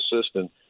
assistant